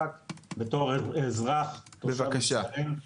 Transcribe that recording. בתור אזרח תושב ישראל,